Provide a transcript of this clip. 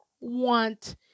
want